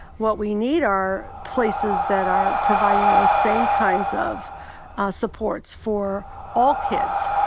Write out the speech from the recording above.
what we need are places that are providing those same kinds of supports for all kids,